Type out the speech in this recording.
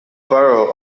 borough